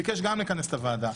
ביקש גם לכנס את הוועדה.